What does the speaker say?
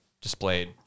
displayed